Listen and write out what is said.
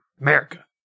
America